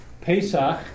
Pesach